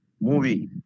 movie